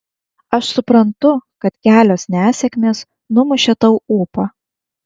aš suprantu kad kelios nesėkmės numušė tau ūpą